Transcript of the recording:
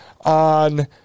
on